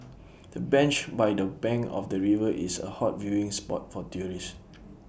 the bench by the bank of the river is A hot viewing spot for tourists